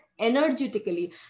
energetically